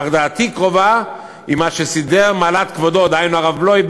אך דעתי קרובה עם מה שסידר מעלת כבודו" דהיינו הרב בלוי,